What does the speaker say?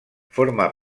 forma